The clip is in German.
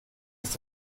ist